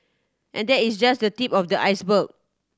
and that is just the tip of the iceberg